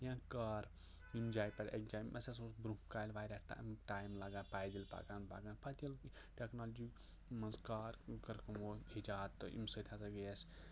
یا کار ییٚمہِ جایہِ پٮ۪ٹھ اَکہِ جایہِ اَسہِ ہسا اوس برٛونٛہہ کالہِ واریاہ ٹایِم لَگان پیدَل پَکان پکان پَتہٕ ییٚلہِ ٹؠکنالوجی منز کار کٔرٕکھ ایٖجاد تہٕ امہِ سۭتۍ ہسا گٔیہِ اَسہِ